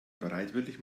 bereitwillig